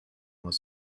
was